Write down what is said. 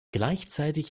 gleichzeitig